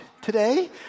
today